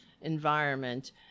environment